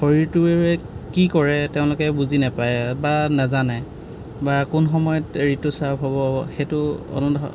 শৰীৰটোৱে কি কৰে তেওঁলোকে বুজি নেপায় বা নেজানে বা কোন সময়ত ঋতুস্ৰাৱ হ'ব সেইটো অনুধাৱন